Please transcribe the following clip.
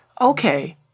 Okay